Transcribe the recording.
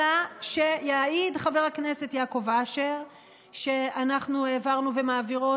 אלא שיעיד חבר הכנסת יעקב אשר שאנחנו העברנו ומעבירות